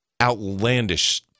outlandish